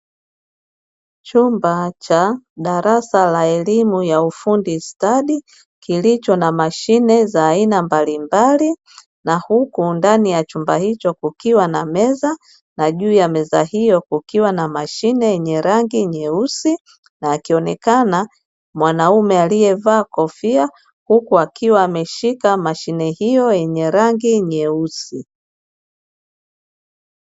Chumba cha darasa la elimu ya ufundi stadi kilicho na mashine za aina mbalimbali na huku ndani ya chumba hicho kukiwa na meza na juu ya meza hiyo kukiwa na mashine yenye rangi nyeusi, na akionekana mwanaume alievaa kofia huku akiwa ameshika mashine hiyo yenye rangi nyeusi.